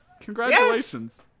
Congratulations